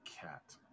cat